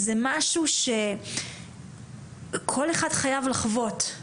זה משהו שכל אחד חייב לחוות.